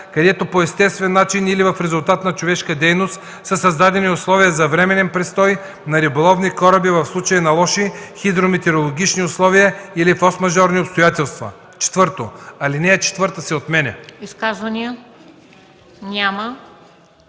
където по естествен начин или в резултат на човешка дейност са създадени условия за временен престой на риболовни кораби в случай на лоши хидрометеорологични условия или форсмажорни обстоятелства.” 4. Алинея 4 се отменя.”